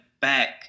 back